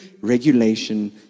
regulation